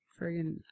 Friggin